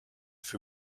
für